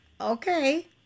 okay